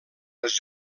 els